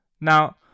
Now